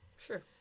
Sure